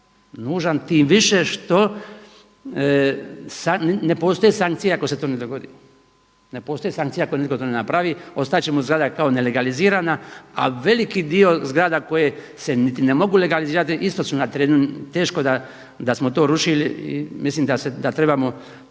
nužan tim više što ne postoje sankcije ako se to ne dogodi. Ne postoje sankcije ako nitko to ne napravi. Ostat će mu zgrada kao nelegalizirana, a veliki dio zgrada koje se niti ne mogu legalizirati isto su na terenu teško da smo to rušili. Mislim da trebamo